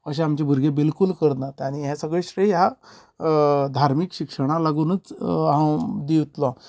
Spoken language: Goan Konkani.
अशें आमचीं भुरगीं बिलकूल करनात आनी हे सगळें श्रेय ह्या धार्मीक शिक्षणाक लागुनूच हांव दितलो